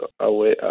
away